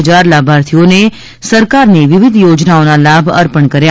હજાર લાભાર્થીઓને સરકારની વિવિધ યોજનાઓના લાભ અર્પણ કર્યા